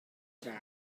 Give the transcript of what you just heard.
draw